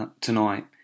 tonight